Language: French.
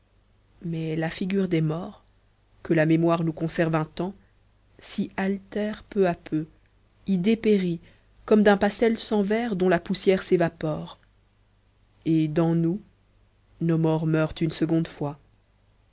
mais la figure des morts que la mémoire nous conserve un temps s'y altère peu à peu y dépérit comme d'un pastel sans verre dont la poussière s'évapore et dans nous nos morts meurent une seconde fois